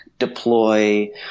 deploy